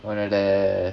உன்னோட:unnoda